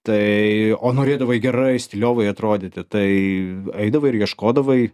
tai o norėdavai gerai stiliovai atrodyti tai eidavai ir ieškodavai